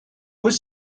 was